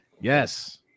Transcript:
yes